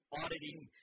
auditing